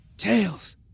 Tails